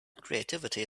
creativity